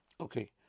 Okay